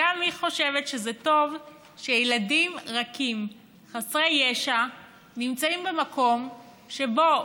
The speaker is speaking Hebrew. גם היא חושבת שזה טוב שילדים רכים חסרי ישע נמצאים במקום שבו,